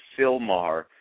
Silmar